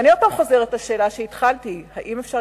ואני שוב חוזרת לשאלה שהתחלתי בה: האם אפשר